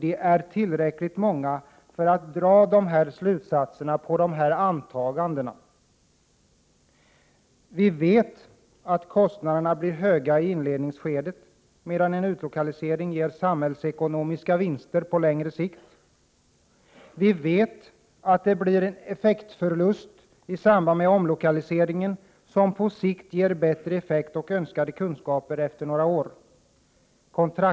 Dessa är tillräckligt många för att dra slutsatser. Vi vet att kostnaderna blir höga i inledningsskedet, medan en utlokalisering ger samhällsekonomiska vinster på längre sikt. Vi vet att det blir en effektförlust i samband med omlokaliseringen, som dock ger bättre effekt och ökade kunskaper efter några år.